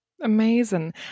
Amazing